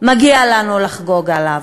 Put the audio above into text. מגיע לנו לחגוג עליו.